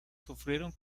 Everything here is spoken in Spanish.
sufrieron